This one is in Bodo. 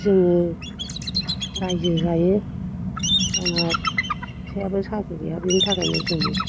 जोङो रायजो जायो आंना फिसाइयाबो साख्रि गैया बिनि थाखायनो जों